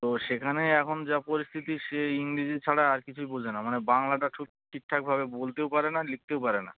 তো সেখানে এখন যা পরিস্থিতি সে ইংরিজি ছাড়া আর কিছুই বোঝে না মানে বাংলাটা ঠুক ঠিকঠাক ভাবে বলতেও পারে না লিখতেও পারে না